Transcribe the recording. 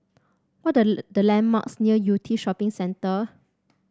what are the landmarks near Yew Tee Shopping Centre